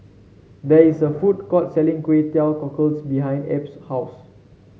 there is a food court selling Kway Teow Cockles behind Ebb's house